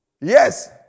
Yes